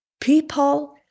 People